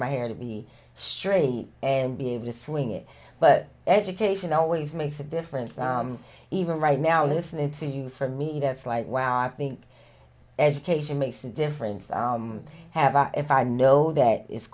my hair to be straight and be able to swing it but education always makes a difference even right now listening to you for me that's like wow i think education makes a difference i have that if i know that i